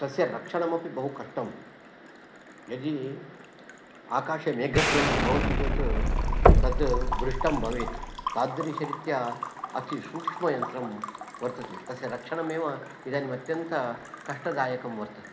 तस्य रक्षणमपि बहु कष्टं यदि आकाशे मेघध्वनिः भवति चेत् तत् भृष्टं भवेत् तादृशरीत्या अति सूक्ष्मयन्त्रं वर्तते तस्य रक्षणमेव इदानीम् अत्यन्तकष्टदायकं वर्तते